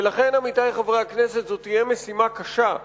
ולכן, עמיתי חברי הכנסת, זאת תהיה משימה קשה.